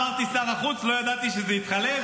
אמרתי שר החוץ, לא ידעתי שזה התחלף.